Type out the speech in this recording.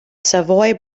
savoy